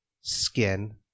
skin